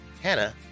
Hannah